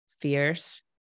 fierce